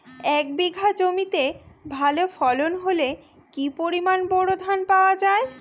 এক বিঘা জমিতে ভালো ফলন হলে কি পরিমাণ বোরো ধান পাওয়া যায়?